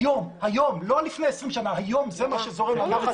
היום, היום, לא לפני 20 שנה, זה מה שזורם בנחל.